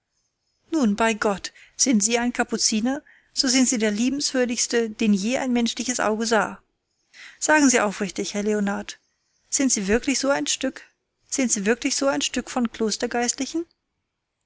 nun bei gott sind sie ein kapuziner so sind sie der liebenswürdigste den je ein menschliches auge sah sagen sie aufrichtig herr leonard sind sie wirklich so ein stück von